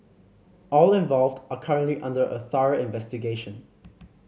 all involved are currently under a through investigation